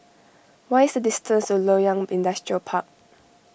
what is the distance to Loyang Industrial Park